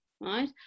right